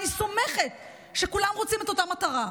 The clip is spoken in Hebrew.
אני סומכת על כך שכולם רוצים את אותה מטרה.